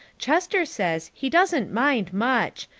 chester says he doesn't mind much.